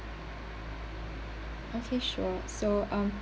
okay sure so um